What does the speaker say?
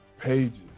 pages